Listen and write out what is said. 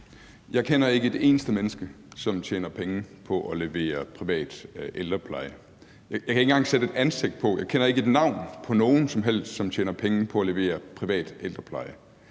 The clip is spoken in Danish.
Jeg kender ikke et eneste menneske, der tjener penge på at levere privat ældrepleje. Jeg kan ikke engang sætte et ansigt eller navn på nogen som helst, der tjener penge på at levere privat ældrepleje.